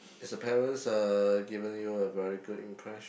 is a parents uh given you a very good impression